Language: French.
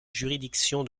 juridiction